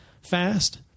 fast